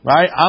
Right